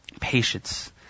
Patience